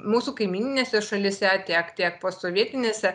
mūsų kaimyninėse šalyse tiek tiek posovietinėse